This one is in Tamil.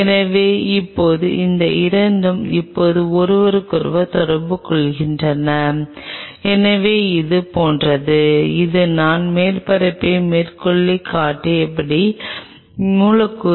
எனவே இப்போது இந்த 2 இப்போது ஒருவருக்கொருவர் தொடர்பு கொள்கின்றன எனவே இது போன்றது இது நான் மேற்பரப்பை மேற்கோள் காட்டிய மூலக்கூறு